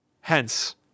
Hence